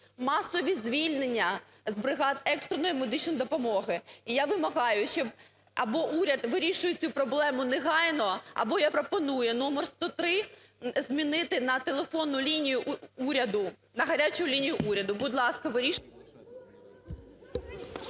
Масові звільнення з бригад екстреної медичної допомоги. І я вимагаю, щоб або уряд вирішив цю проблему негайно, або я пропоную номер 103 змінити на телефонну лінію уряду, на гарячу лінію уряду. Будь ласка, вирішуйте.